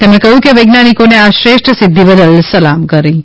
તેમણે કહ્યું વૈજ્ઞાનિકોને આ શ્રેષ્ઠ સિદ્ધિ બદલ સલામ કરે છે